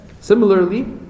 Similarly